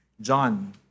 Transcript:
John